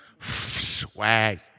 swag